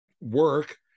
work